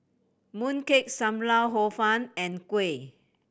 mooncake Sam Lau Hor Fun and kuih